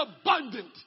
abundant